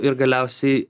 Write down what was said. ir galiausiai